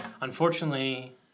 unfortunately